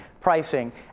pricing